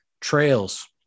trails